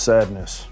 Sadness